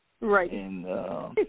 Right